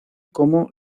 como